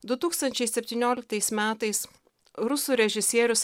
du tūkstančiai septynioliktais metais rusų režisierius